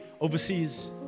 overseas